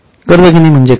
कर्ज घेणे म्हणजे काय